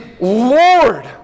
Lord